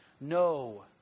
No